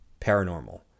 paranormal